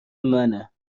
منه